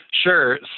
Sure